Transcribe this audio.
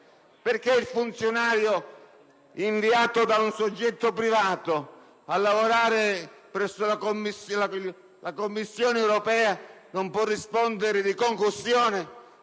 Perché il funzionario inviato da un soggetto privato a lavorare presso la Commissione europea non può rispondere di concussione